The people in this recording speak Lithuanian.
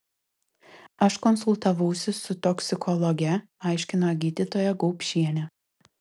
aš konsultavausi su toksikologe aiškino gydytoja gaupšienė